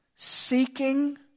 Seeking